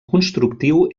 constructiu